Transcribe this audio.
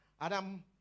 Adam